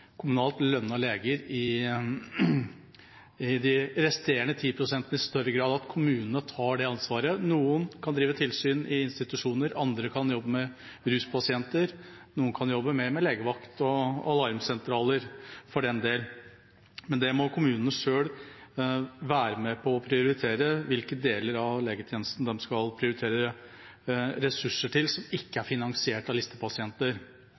kommunalt lønnede leger i de resterende 10 pst. – i større grad at kommunene tar det ansvaret. Noen kan drive tilsyn i institusjoner, andre kan jobbe med ruspasienter, noen kan jobbe mer med legevakt – og alarmsentraler for den del. Men kommunene selv må være med på å prioritere hvilke deler av legetjenesten en skal prioritere ressurser til som ikke er finansiert av listepasienter.